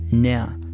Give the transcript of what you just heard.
Now